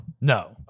No